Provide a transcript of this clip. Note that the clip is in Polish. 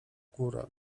górę